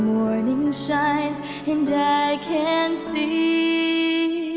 morning shines and i can see